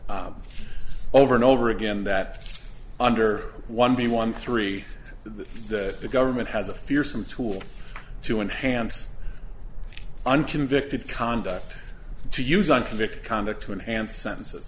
over and over again that under one b one three the government has a fearsome tool to enhance unconvicted conduct to use on convict conduct to enhance sentences